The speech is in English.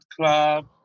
Club